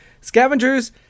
Scavengers